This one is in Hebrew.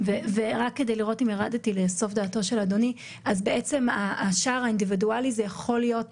חוות דעת של קצין רפואה בשירות בתי הסוהר שניתנה בכתב,